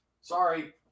Sorry